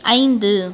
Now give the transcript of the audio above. ஐந்து